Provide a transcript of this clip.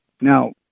Now